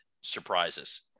surprises